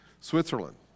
Switzerland